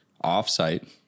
off-site